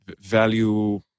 value